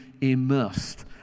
immersed